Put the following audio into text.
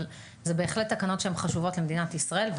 אלה בהחלט תקנות שהן חשובות למדינת ישראל,